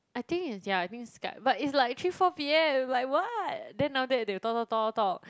I think is yeah I think Skype but it's like three four p_m like what then after that they will talk talk talk talk talk